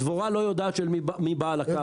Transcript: הדבורה לא יודעת מי בעל הקרקע.